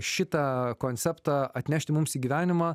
šitą konceptą atnešti mums į gyvenimą